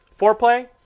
Foreplay